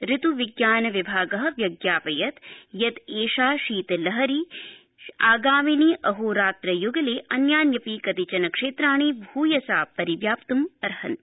ऋतुविज्ञान विभाग व्यज्ञापयत् यदेषा शीत लहरी आगामिनि अहोरात्र य्गले अन्यान्यपि कतिचन क्षेत्राणि भूयसा परिव्याप्त्मर्हति